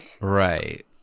Right